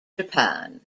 japan